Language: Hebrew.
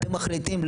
אתם מחליטים,